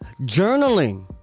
Journaling